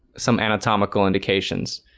some anatomical indications